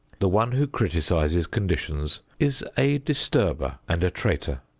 the one who criticises conditions is a disturber and a traitor.